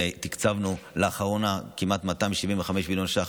ותקצבנו לאחרונה כמעט 275 מיליון ש"ח